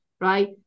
right